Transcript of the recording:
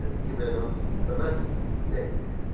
ah developed grammatical language.